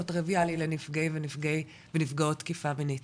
טריוויאלי לנפגעים ולנפגעות תקיפה מינית,